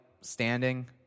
standing